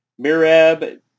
Mirab